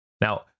Now